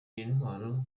n’intwaro